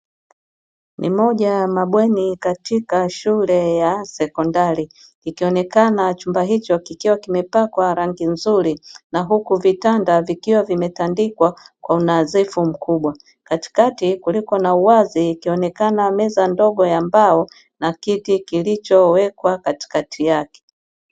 Ni moja ya mabweni katika shule ya sekondari, ikionekana chumba hicho kikiwa kimepakwa rangi nzuri na huku vitanda vikiwa vimetandikwa kwa unadhifu mkubwa. Katikati kuliko na uwazi, ikionekana meza ndogo ya mbao na kiti kiliwekwa katikati yake.